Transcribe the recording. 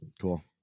cool